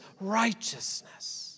righteousness